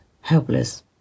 helpless